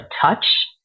touch